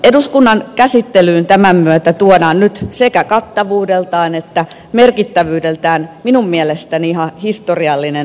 eduskunnan käsittelyyn tämän myötä tuodaan nyt sekä kattavuudeltaan että merkittävyydeltään minun mielestäni ihan historiallinen lainsäädäntöhanke